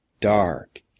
dark